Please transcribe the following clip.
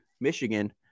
Michigan